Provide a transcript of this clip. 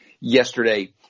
yesterday